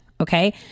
okay